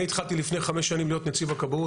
אני התחלתי לפני חמש שנים להיות נציב הכבאות,